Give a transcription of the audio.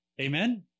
Amen